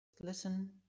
Listen